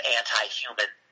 anti-human